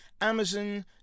Amazon